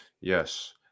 Yes